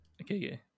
okay